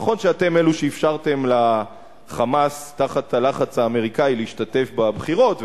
נכון שאתם אלה שאפשרתם ל"חמאס" תחת הלחץ האמריקני להשתתף בבחירות,